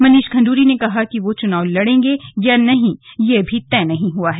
मनीष खंडूड़ी ने कहा कि वो चुनाव लड़ेंगे या नहीं ये अभी तय नहीं हुआ है